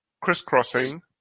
crisscrossing